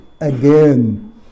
again